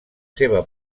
seva